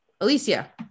Alicia